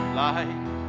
life